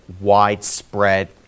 widespread